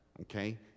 okay